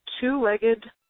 two-legged